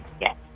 Yes